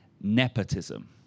nepotism